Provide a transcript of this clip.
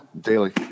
daily